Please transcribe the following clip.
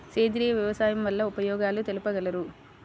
సేంద్రియ వ్యవసాయం వల్ల ఉపయోగాలు తెలుపగలరు?